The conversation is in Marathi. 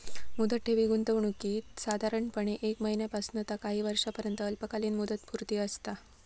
मुदत ठेवी गुंतवणुकीत साधारणपणे एक महिन्यापासना ता काही वर्षांपर्यंत अल्पकालीन मुदतपूर्ती असता